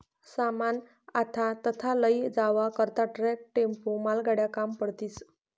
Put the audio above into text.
सामान आथा तथा लयी जावा करता ट्रक, टेम्पो, मालगाड्या काम पडतीस